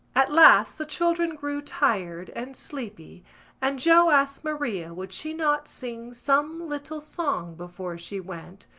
at last the children grew tired and sleepy and joe asked maria would she not sing some little song before she went,